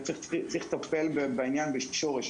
צריך לטפל בעניין בשורש.